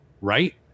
right